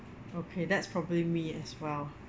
okay that's probably me as well